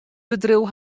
bedriuw